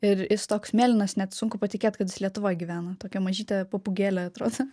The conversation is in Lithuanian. ir jis toks mėlynas net sunku patikėt kad jis lietuvoj gyvena tokia mažytė papūgėlė atrodo